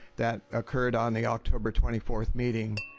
that occurred on the october twenty fourth meeting.